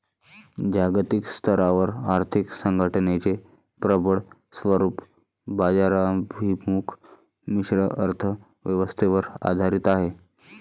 जागतिक स्तरावर आर्थिक संघटनेचे प्रबळ स्वरूप बाजाराभिमुख मिश्र अर्थ व्यवस्थेवर आधारित आहे